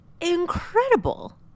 incredible